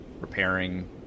repairing